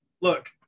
look